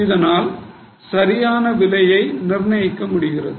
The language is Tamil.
இதனால் சரியான விலையை நிர்ணயிக்க முடிகிறது